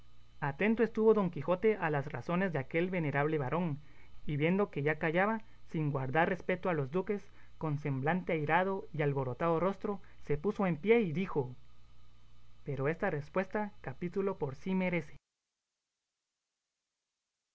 atento estuvo don quijote a las razones de aquel venerable varón y viendo que ya callaba sin guardar respeto a los duques con semblante airado y alborotado rostro se puso en pie y dijo pero esta respuesta capítulo por sí merece